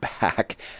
back